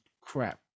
crap